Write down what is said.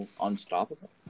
unstoppable